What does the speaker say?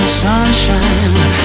sunshine